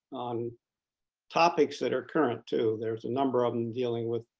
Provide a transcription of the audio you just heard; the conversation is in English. on topics that are current too. there's a number of them dealing with